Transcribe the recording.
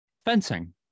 Fencing